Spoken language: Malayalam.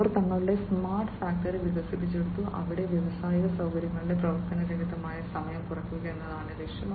അവർ തങ്ങളുടെ സ്മാർട്ട് ഫാക്ടറി വികസിപ്പിച്ചെടുത്തു അവിടെ വ്യാവസായിക സൌകര്യങ്ങളിലെ പ്രവർത്തനരഹിതമായ സമയം കുറയ്ക്കുക എന്നതാണ് ലക്ഷ്യം